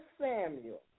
Samuel